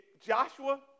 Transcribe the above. Joshua